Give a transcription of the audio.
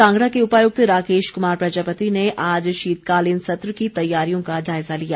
कांगड़ा के उपायुक्त राकेश कुमार प्रजापति ने आज शीतकालीन सत्र की तैयारियों का जायजा लिया